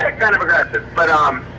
kind of aggressive. but um